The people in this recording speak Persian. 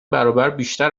برابربیشتر